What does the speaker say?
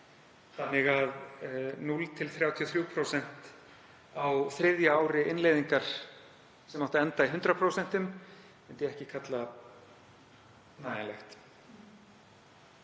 þannig að 0–33% á þriðja ári innleiðingar, sem átti að enda í 100%, get ég ekki kallað nægjanlegt.